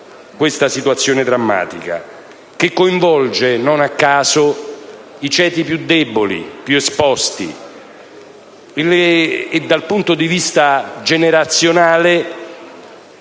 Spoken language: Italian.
questa situazione drammatica che coinvolge non a caso i ceti più deboli, più esposti. Dal punto di vista generazionale